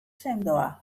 sendoa